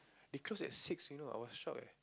it close at six you know I was shock eh